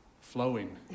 flowing